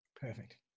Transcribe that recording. perfect